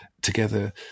together